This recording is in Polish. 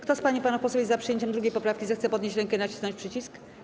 Kto z pań i panów posłów jest za przyjęciem 2. poprawki, zechce podnieść rękę i nacisnąć przycisk.